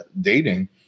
dating